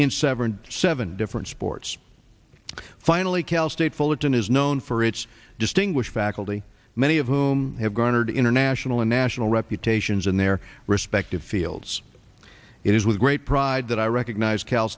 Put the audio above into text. in seven seven different sports finally cal state fullerton is known for its distinguished faculty many of whom have garnered international and national reputations in their respective fields it is with great pride that i recognize cal